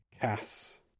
Cass